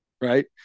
right